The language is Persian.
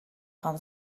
خوام